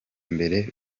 mbere